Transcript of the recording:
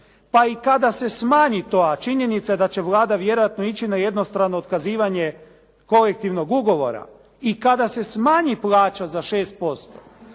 Pa i kada se smanji to, a činjenica da će Vlada ići na jednostrano otkazivanje kolektivnog ugovora i kada se smanji plaća za 6%,